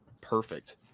perfect